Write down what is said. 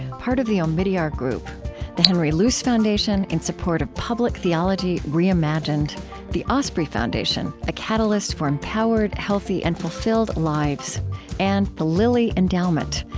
part of the omidyar group the henry luce foundation, in support of public theology reimagined the osprey foundation, a catalyst for empowered, healthy, and fulfilled lives and the lilly endowment,